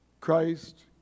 Christ